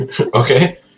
Okay